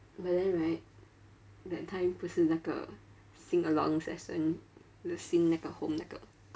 but then right that time 不是那个 sing along session the sing 那个 home 那个